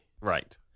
right